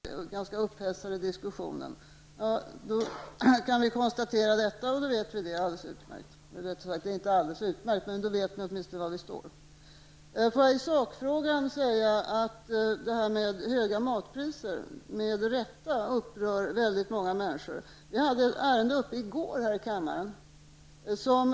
Herr talman! Av det som Erik Åsbrink nu säger förstår jag att skattereformen bröts upp redan i höstas. Det var ju kul att få veta det. Men det kunde vi kanske ha kommit överens om tidigare, så hade vi sluppit mycket av denna ganska upphetsade diskussion. Vi kan konstatera detta, och då vet vi det. Det är alldeles utmärkt, eller rättare sagt, vi vet åtminstone var vi står. Får jag i sakfrågan säga att de höga matpriserna med rätta upprör väldigt många människor. Vi hade ett ärende uppe till debatt i kammaren i går.